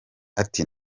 ati